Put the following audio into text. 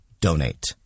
donate